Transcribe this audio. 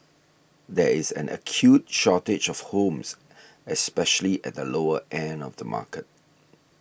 there is an acute shortage of homes especially at the lower end of the market